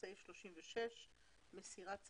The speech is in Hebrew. מסירת צוואה.